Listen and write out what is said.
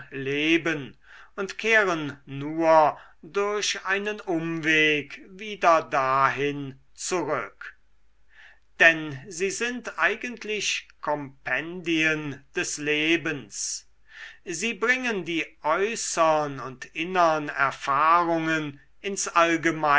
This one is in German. leben und kehren nur durch einen umweg wieder dahin zurück denn sie sind eigentlich kompendien des lebens sie bringen die äußern und innern erfahrungen ins